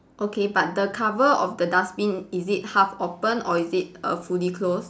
okay but the cover of the dustbin is it half open or is it err fully close